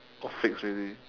all fixed already